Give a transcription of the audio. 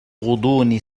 غضون